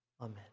Amen